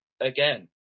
again